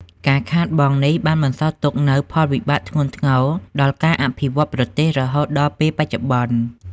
ការខាតបង់នេះបានបន្សល់ទុកនូវផលវិបាកធ្ងន់ធ្ងរដល់ការអភិវឌ្ឍប្រទេសរហូតដល់ពេលបច្ចុប្បន្ន។